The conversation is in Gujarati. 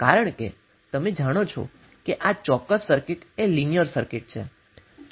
કારણ કે તમે જાણો છો કે આ ચોક્કસ સર્કીટ એ લિનિયર સર્કિટ છે